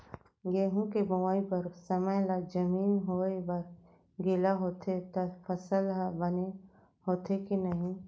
गेहूँ के बोआई बर समय ला जमीन होये बर गिला होथे त फसल ह बने होथे की नही?